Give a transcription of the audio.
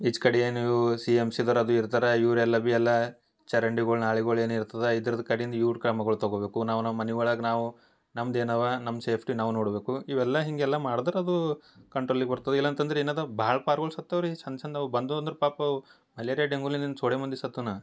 each ಕಡಿ ಏನು ಇವೂ ಸಿ ಎಮ್ ಸಿದ್ಧರಾದು ಇರ್ತಾರೆ ಇವರೆಲ್ಲ ಬಿ ಎಲ್ಲಾ ಚರಂಡಿಗಳು ನಾಳಿಗುಳ್ ಏನು ಇರ್ತದ ಇದ್ರದ್ ಕಡಿಂದ ಇವ್ರ್ ಕ್ರಮಗುಳ ತಗೋಬೇಕು ನಾವು ನಮ್ಮ ಮನೆ ಒಳಗ ನಾವು ನಮ್ದ ಏನವ ನಮ್ಮ ಸೇಫ್ಟಿ ನಾವು ನೋಡಬೇಕು ಇವೆಲ್ಲ ಹೀಗೆಲ್ಲ ಮಾಡ್ದರ ಅದು ಕಂಟ್ರೋಲಿಗ್ ಬರ್ತದ ಇಲ್ಲ ಅಂತಂದ್ರ ಏನದ ಭಾಳ್ ಪಾ ರೂಲ್ಸ್ ಅತ್ತವ ರೀ ಸಣ್ಣ ಸಣ್ಣವು ಬಂದುವಂದ್ರ ಪಾಪ ಅವು ಮಲೇರಿಯ ಡೆಂಗೂಲಿಂದ್ ತೋಡೆ ಮಂದಿ ಸತ್ತನ